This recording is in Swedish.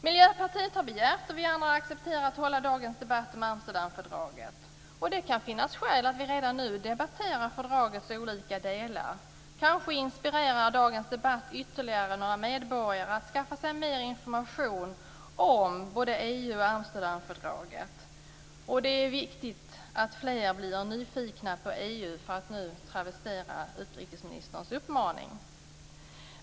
Miljöpartiet har begärt och vi andra har accepterat att hålla dagens debatt om Amsterdamfördraget. Det kan finnas skäl att vi redan nu debatterar fördragets olika delar. Kanske inspirerar dagens debatt ytterligare några medborgare att skaffa sig mer information om både EU och Amsterdamfördraget. Det är viktigt att fler blir nyfikna på EU, för att travestera utrikesministerns uppmaning.